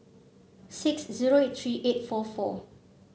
six zero eight three eight four four